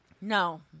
no